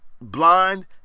blind